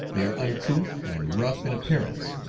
they are uncouth and rough in appearance,